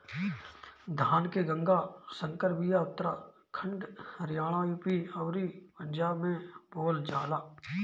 धान के गंगा संकर बिया उत्तराखंड हरियाणा, यू.पी अउरी पंजाब में बोअल जाला